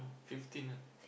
fifteen lah